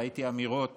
ראיתי אמירות